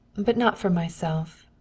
but not for myself.